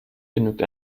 genügt